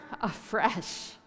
afresh